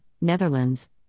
Netherlands